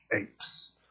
apes